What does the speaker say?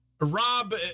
Rob